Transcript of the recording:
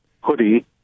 hoodie